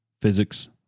physics